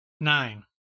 nine